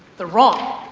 they're wrong.